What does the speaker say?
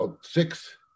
six